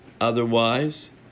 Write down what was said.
Otherwise